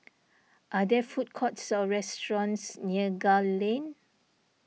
are there food courts or restaurants near Gul Lane